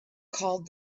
called